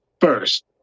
first